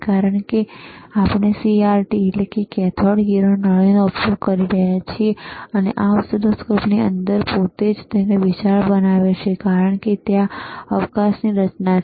કારણ એ છે કે આપણે સીઆરટી કેથોડ કિરણ નળી નો ઉપયોગ કરી રહ્યા છીએ આ ઓસિલોસ્કોપની અંદર આ પોતે જ તેને વિશાળ બનાવે છે કારણ કે ત્યાં શૂન્યાવકાશની રચના છે